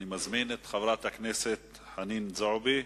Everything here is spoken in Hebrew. אני מזמין את חברת הכנסת חנין זועבי,